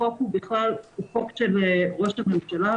החוק הוא בכלל חוק של ראש הממשלה,